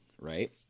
right